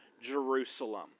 Jerusalem